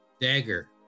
Dagger